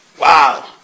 Wow